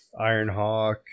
Ironhawk